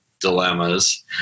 dilemmas